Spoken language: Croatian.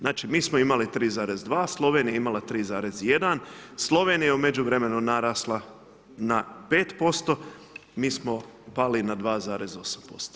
Znači mi smo imali 3,2, Slovenija je imala 3,1, Slovenija je u međuvremenu narasla na 5% mi smo pali na 2,8%